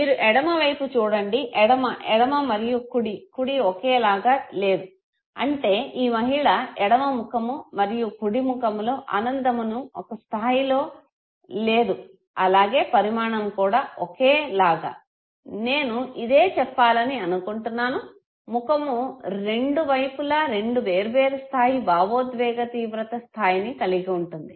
మీరు ఎడమ వైపు చూడండి ఎడమ ఎడమ మరియు కుడి కుడి ఒకేలాగా లేదు అంటే ఈ మహిళ ఎడమ ముఖము మరియు కుడి ముఖము లో ఆనందమును ఒకే స్థాయిలో లేదు అలాగే పరిమాణం కూడా ఒకే లాగ నేను ఇదే చెప్పాలని అనుకుంటున్నాను ముఖము రెండు వైపులా రెండు వేర్వేరు స్థాయి భావోద్వేగ తీవ్రత స్థాయిని కలిగి ఉంటుంది